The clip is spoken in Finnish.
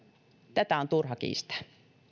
tätä on turha kiistää